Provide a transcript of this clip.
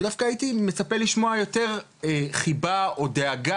ודווקא הייתי מצפה לשמוע יותר חיבה או דאגה